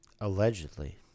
allegedly